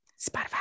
Spotify